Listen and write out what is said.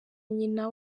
nyina